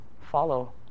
follow